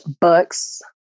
books